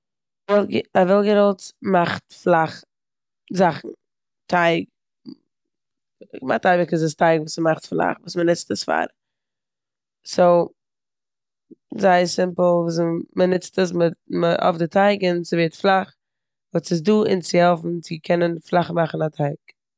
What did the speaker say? א וועלגער-האלץ מאכט פלאך זאכן. טייג, כמעט אייביג איז עס טייג וואס מ'מאכט פלאך וואס מ'נוצט עס פאר. סאו זייער סימפל וויאזוי מ'נוצט עס מ- מ- אויף די טטיג און ס'ווערט פלאך באט ס'דא אונז צו העלפן צו קענען פלאך מאכן א טייג.